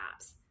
apps